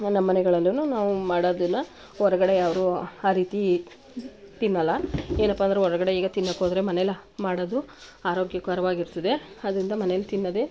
ನಾ ನಮ್ಮನೆಗಳೆಲ್ಲವೂ ನಾವು ಮಾಡೋದನ್ನು ಹೊರ್ಗಡೆ ಯಾರೂ ಆ ರೀತಿ ತಿನ್ನೋಲ್ಲ ಏನಪ್ಪ ಅಂದರೆ ಹೊರ್ಗಡೆ ಈಗ ತಿನ್ನೋಕ್ಕೋದ್ರೆ ಮನೇಲಿ ಮಾಡೋದು ಆರೋಗ್ಯಕರವಾಗಿರ್ತದೆ ಆದ್ದರಿಂದ ಮನೇಲಿ ತಿನ್ನೋದೆ